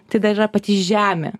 tai dar yra pati žemė